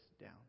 down